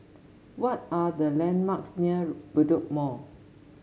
what are the landmarks near Bedok Mall